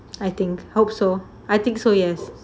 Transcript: I think hope so I think so yes